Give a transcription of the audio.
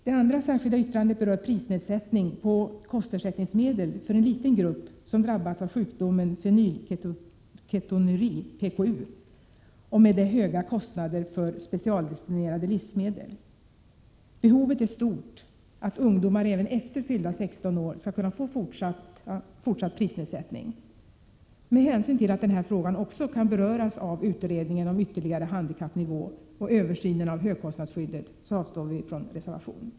Det andra särskilda yttrandet berör prisnedsättning på kostersättningsmedel för en liten grupp som drabbats av sjukdomen fenylketonuri och med det höga kostnader för specialdestinerade livsmedel. Behovet är stort att ungdomar även efter fyllda 16 år skulle kunna få fortsatt prisnedsättning. 39 Med hänsyn till att den här frågan också kan beröras av utredningen om en ytterligare handikappnivå och översynen av högkostnadsskyddet avstår vi från reservation.